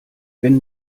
wenn